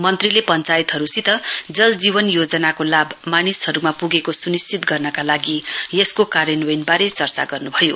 मन्त्रीले पश्चायतहरूसित जलजीवन योजनाको लाभ मानिसहरूमा पुगेको सुनिश्चित गर्नका लागि यसको कार्यान्वयवबारे चर्चा गर्नुभयो